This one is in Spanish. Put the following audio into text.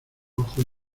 ojos